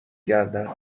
گردن